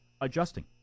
adjusting